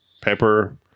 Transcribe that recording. pepper